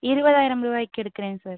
இருபதாயிரம் ரூபாய்க்கு எடுக்கிறேன் சார்